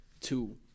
two